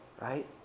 right